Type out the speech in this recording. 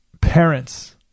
parents